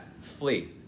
flee